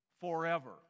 forever